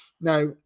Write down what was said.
Now